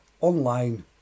online